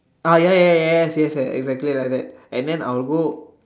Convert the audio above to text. ah ya ya ya yes exactly like that and then I will go